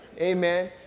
amen